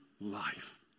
life